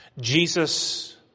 Jesus